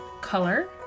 color